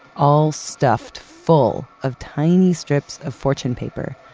all stuffed full of tiny strips of fortune paper.